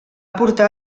portar